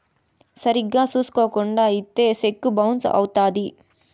సరిగ్గా చూసుకోకుండా ఇత్తే సెక్కు బౌన్స్ అవుత్తది